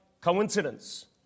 coincidence